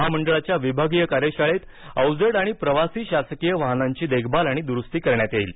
महामंडळाच्या विभागीय कार्यशाळेत अवजड आणि प्रवासी शासकीय वाहनांची देखभाल आणि दूरुस्ती करण्यात येईल